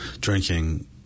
drinking